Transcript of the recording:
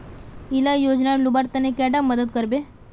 इला योजनार लुबार तने कैडा मदद करबे?